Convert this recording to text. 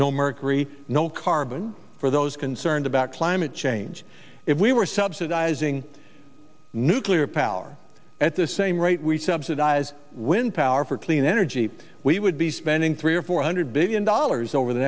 mercury no carbon for those concerned about climate change if we were subsidizing nuclear power at the same rate we subsidize wind power for clean energy we would be spending three or four hundred billion dollars over the